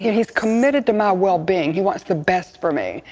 he's committed to my well being. he wants the best for me.